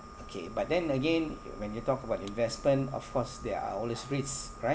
okay but then again when you talk about investment of course there are always risks right